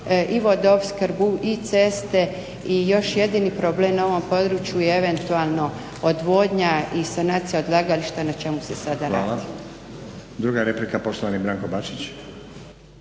i vodoopskrbu i ceste i još jedini problem na ovom području je eventualno odvodnja i sanacija odlagališta na čemu se sada radi.